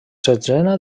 setzena